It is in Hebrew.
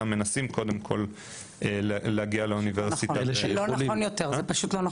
מנסים קודם כל להגיע לאוניברסיטה --- זה לא נכון יותר,